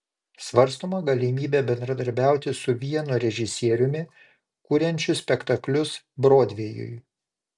svarstoma galimybė bendradarbiauti su vienu režisieriumi kuriančiu spektaklius brodvėjui